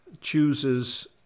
chooses